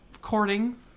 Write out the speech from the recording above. courting